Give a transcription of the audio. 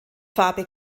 farbe